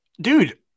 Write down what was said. dude